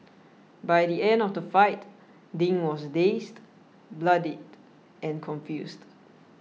by the end of the fight Ding was dazed bloodied and confused